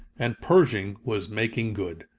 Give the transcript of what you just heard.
and pershing was making good.